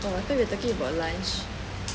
oh I thought you talking about lunch